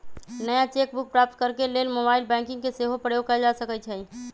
नया cheque book प्राप्त करेके लेल मोबाइल बैंकिंग के सेहो प्रयोग कएल जा सकइ छइ